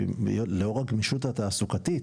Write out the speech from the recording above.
לאור הגמישות התעסוקתית,